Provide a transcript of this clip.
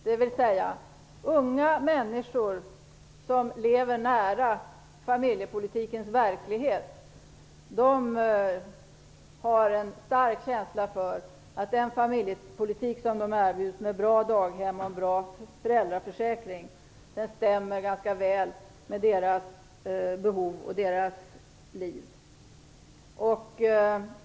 Detta visar att unga människor som lever nära familjepolitikens verklighet har en stark känsla för att den familjepolitik som de erbjuds, med bra daghem och en bra föräldraförsäkring, stämmer ganska väl med deras behov och deras liv.